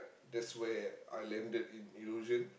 that's where I landed in Illusion